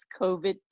COVID